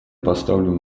поставлю